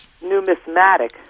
Numismatic